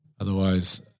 Otherwise